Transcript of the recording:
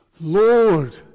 Lord